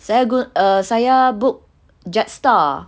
saya gu~ uh saya book Jetstar mereka